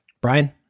brian